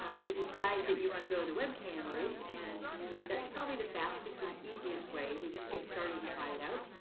if you decide that you want to go the webcam route, and that's probably the fastest and easiest way to just get started and try it out,